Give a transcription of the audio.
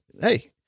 hey